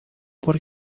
por